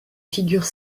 figurent